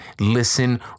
listen